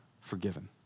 forgiven